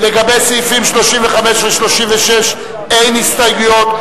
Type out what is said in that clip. לגבי סעיפים 35 ו-36 אין הסתייגויות.